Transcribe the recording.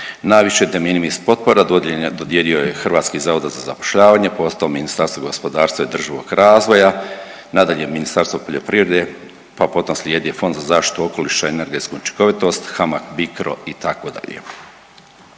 Najviše de minimis potpora dodijelio je HZZ, .../Govornik se ne razumije./... Ministarstvo gospodarstva i održivoga razvoja, nadalje Ministarstvo poljoprivrede pa potom slijedi Fond za zaštitu okoliša i energetsku učinkovitost, HAMAG BICRO, itd.